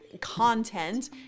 content